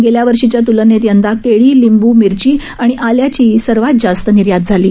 गेल्या वर्षीच्या त्लनेत यंदा केळी लिंबू मिरची आणि आल्याची जास्त निर्यात झाली आहे